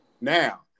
Now